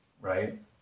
right